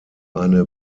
eine